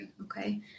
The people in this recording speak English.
okay